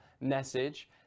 message